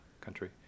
country